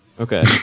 okay